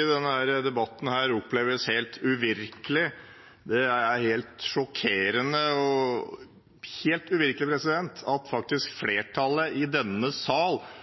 at denne debatten oppleves helt uvirkelig. Det er helt sjokkerende og helt uvirkelig at flertallet i denne sal ønsker å tvinge det norske folk til å montere GPS-sendere i hvert eneste kjøretøyet de har, i